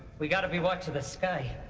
we gotta be watching the sky.